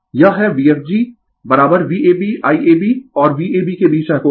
यह है VfgVab Iab और Vab के बीच का कोण